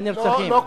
על הנרצחים.